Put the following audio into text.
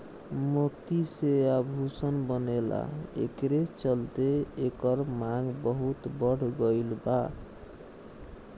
मोती से आभूषण बनेला एकरे चलते एकर मांग बहुत बढ़ गईल बा